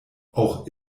auch